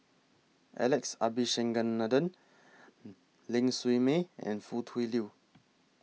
Alex Abisheganaden Ling Siew May and Foo Tui Liew